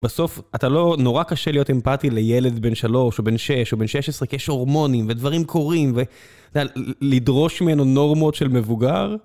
בסוף אתה לא נורא קשה להיות אמפתי לילד בן שלוש או בן שש או בן שש עשרה? כי יש הורמונים ודברים קורים, לדרוש ממנו נורמות של מבוגר?